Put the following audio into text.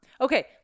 Okay